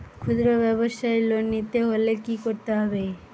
খুদ্রব্যাবসায় লোন নিতে হলে কি করতে হবে?